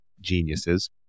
geniuses